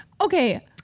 Okay